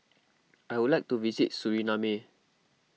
I would like to visit Suriname